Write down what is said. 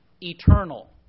eternal